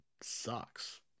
sucks